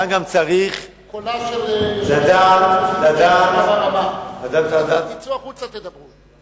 תצאו החוצה ותדברו.